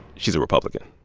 she's a republican